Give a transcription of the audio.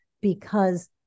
because-